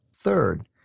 Third